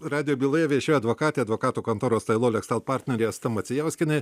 radijo byloje viešėjo advokatė advokatų kontoros ailoleksel partnerė asta macijauskienė